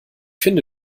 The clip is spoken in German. finde